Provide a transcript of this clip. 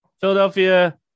Philadelphia